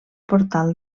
portal